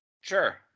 sure